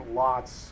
lots